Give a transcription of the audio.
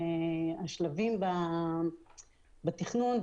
השלבים בתכנון,